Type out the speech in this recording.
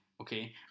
okay